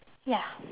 ya